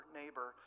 neighbor